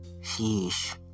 Sheesh